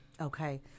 Okay